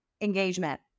engagement